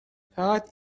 فقط